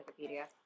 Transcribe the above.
Wikipedia